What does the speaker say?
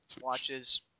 watches